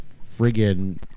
friggin